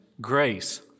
grace